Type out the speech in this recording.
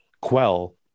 quell